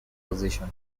position